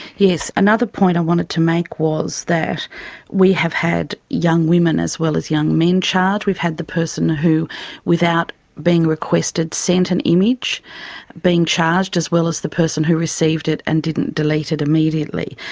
yes. another point i wanted to make was that we have had young women as well as young men charged. we've had the person who without being requested sent an image being charged as well as the person who received it and didn't delete it immediately.